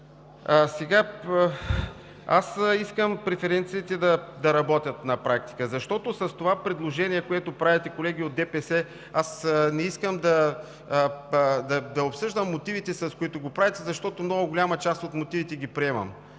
хора. Аз искам преференциите да работят на практика, защото с това предложение, което правите, колеги от ДПС, аз не искам да обсъждам мотивите, с които го правите, защото много голяма част от мотивите ги приемам